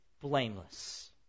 blameless